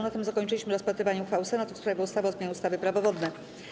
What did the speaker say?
Na tym zakończyliśmy rozpatrywanie uchwały Senatu w sprawie ustawy o zmianie ustawy - Prawo wodne.